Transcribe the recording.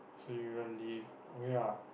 so you wanna leave okay ah